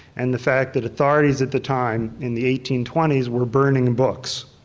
and the fact that authorities at the time in the eighteen twenty s were burning books.